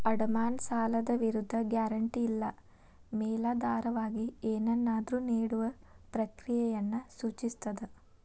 ಅಡಮಾನ ಸಾಲದ ವಿರುದ್ಧ ಗ್ಯಾರಂಟಿ ಇಲ್ಲಾ ಮೇಲಾಧಾರವಾಗಿ ಏನನ್ನಾದ್ರು ನೇಡುವ ಪ್ರಕ್ರಿಯೆಯನ್ನ ಸೂಚಿಸ್ತದ